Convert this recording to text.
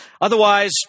Otherwise